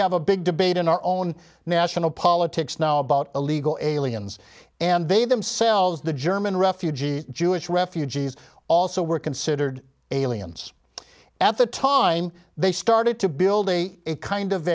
have a big debate in our own national politics now about illegal aliens and they themselves the german refugee jewish refugees also were considered aliens at the time they started to build a kind of